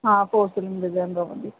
हा पोइ सिम मिलंदो वरी